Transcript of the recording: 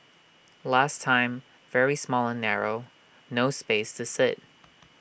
last time very small and narrow no space to sit